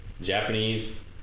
Japanese